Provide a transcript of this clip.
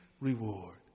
reward